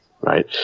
right